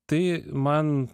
tai man